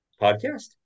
podcast